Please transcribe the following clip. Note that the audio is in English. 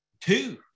two